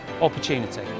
opportunity